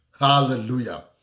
Hallelujah